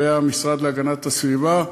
ואת המשרד להגנת הסביבה,